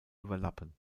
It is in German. überlappen